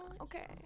Okay